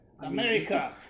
America